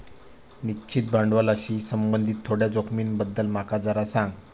निश्चित भांडवलाशी संबंधित थोड्या जोखमींबद्दल माका जरा सांग